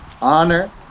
honor